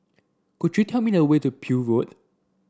could you tell me the way to Peel Road